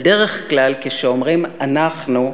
כשאומרים "אנחנו",